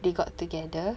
they got together